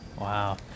Wow